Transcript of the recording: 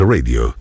Radio